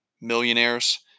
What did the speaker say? millionaires